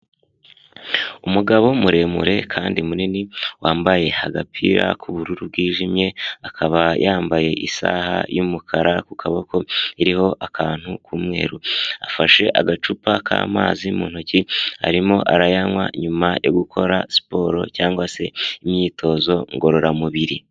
Umugabo muremure kandi munini, wambaye agapira k'ubururu bwijimye, akaba yambaye isaha y'umukara ku kaboko, iriho akantu k'umweru, afashe agacupa k'amazi mu ntoki, arimo arayanywa nyuma yo gukora siporo, cyangwa se imyitozo ngororamubiri.